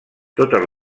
totes